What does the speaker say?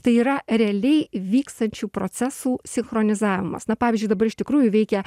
tai yra realiai vykstančių procesų sinchronizavimas na pavyzdžiui dabar iš tikrųjų veikia